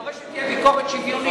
אני דורש שתהיה ביקורת שוויונית.